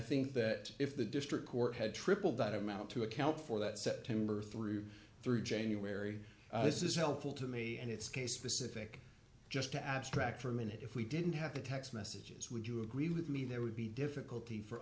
think that if the district court had tripled that amount to account for that september through through january this is helpful to me and it's case specific just to abstract for a minute if we didn't have the text messages would you agree with me there would be difficulty for